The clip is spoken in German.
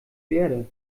verde